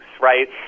right